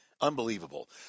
unbelievable